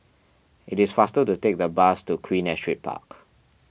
it is faster to take the bus to Queen Astrid Park